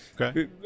Okay